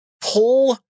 pull